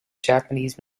japanese